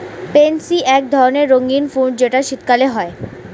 pansy এক ধরণের রঙ্গীন ফুল যেটা শীতকালে হয়